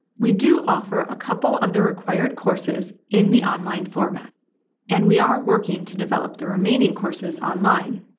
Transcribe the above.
we do offer a couple of the required courses in the online format and we are working to develop the remaining courses online.